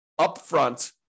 upfront